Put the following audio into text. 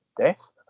death